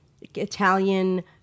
Italian